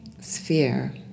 sphere